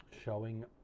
Showing